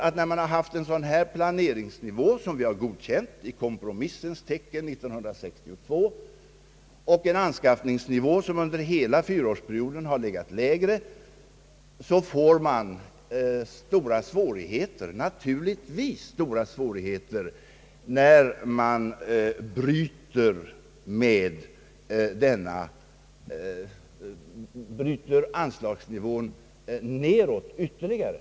Med en sådan planeringsnivå, som vi har godkänt i kompromissens tecken år 1962, och med en anskaffningsnivå, som under hela fyraårsperioden har legat lägre, så uppstår naturligtvis stora svårigheter när man sänker anslagsnivån ytterligare.